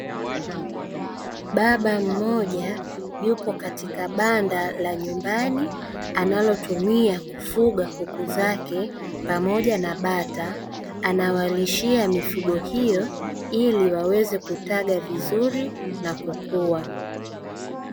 Baba mmoja yupo katika banda la nyumbani, analotumia kufuga kuku zake pamoja na bata, anawalishia mifugo hiyo ili waweze kutaga vizuri na kukua.